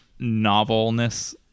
novelness